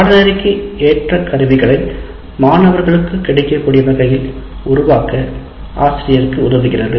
பாடநெறிக்கு ஏற்ற கருவிகளை மாணவர்களுக்கு கிடைக்கக்கூடிய வகையில் உருவாக்க ஆசிரியருக்கு உதவுகிறது